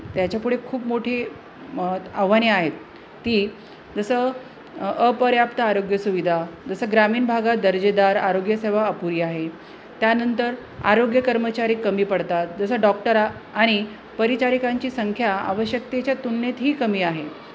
त्याच्यापुढे खूप मोठी मं आव्हाने आहेत ती जसं अपर्याप्त आरोग्य सुविधा जसं ग्रामीण भागात दर्जेदार आरोग्यसेवा अपुरी आहे त्यानंतर आरोग्य कर्मचारी कमी पडतात जसं डॉक्टरा आणि परिचारिकांची संख्या आवश्यकतेच्या तुलनेत ही कमी आहे